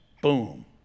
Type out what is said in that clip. Boom